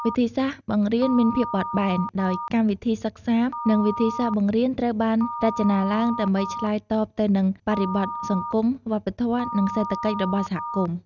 វិធីសាស្ត្របង្រៀនមានភាពបត់បែន ដោយកម្មវិធីសិក្សា និងវិធីសាស្ត្របង្រៀនត្រូវបានរចនាឡើងដើម្បីឆ្លើយតបទៅនឹងបរិបទសង្គម វប្បធម៌ និងសេដ្ឋកិច្ចរបស់សហគមន៍។